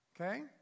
Okay